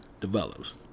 develops